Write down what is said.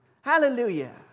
Hallelujah